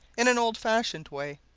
in an old-fashioned way.